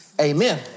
amen